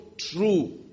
true